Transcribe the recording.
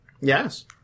Yes